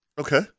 Okay